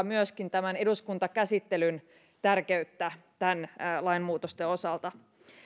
myöskin tämän eduskuntakäsittelyn tärkeyttä näiden lainmuutosten osalta